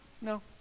no